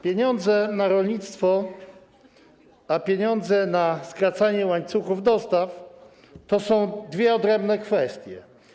Pieniądze na rolnictwo i pieniądze na skracanie łańcuchów dostaw to są dwie odrębne kwestie.